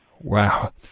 Wow